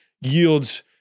yields